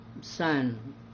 Son